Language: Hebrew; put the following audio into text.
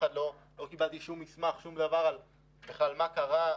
לא קיבלתי כל מסמך ושום דבר לגבי מה שקרה.